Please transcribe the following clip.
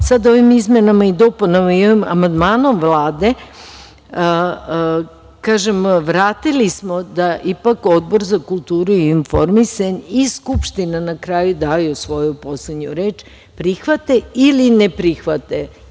sada ovim izmenama i dopunama i ovim amandmanom Vlade, kažem vratili smo da ipak Odbor za kulturu i informisanje i Skupština, na kraju daju svoju poslednju reč, prihvate ili ne prihvate nekog